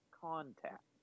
contact